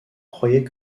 croyaient